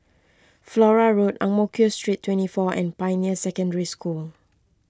Flora Road Ang Mo Kio Street twenty four and Pioneer Secondary School